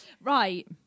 Right